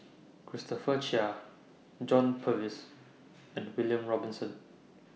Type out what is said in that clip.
Christopher Chia John Purvis and William Robinson